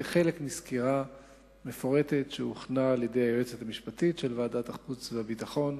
כחלק מסקירה מפורטת שהכינה היועצת המשפטית של ועדת החוץ והביטחון,